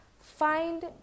Find